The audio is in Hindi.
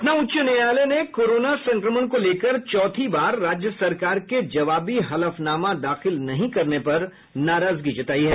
पटना उच्च न्यायालय ने कोरोना संक्रमण को लेकर चौथी बार राज्य सरकार के जवाबी हलफनामा दाखिल नहीं करने पर नाराजगी जतायी है